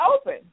open